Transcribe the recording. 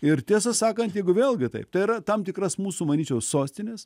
ir tiesą sakant jeigu vėlgi taip tai yra tam tikras mūsų manyčiau sostinės